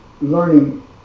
learning